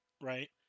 right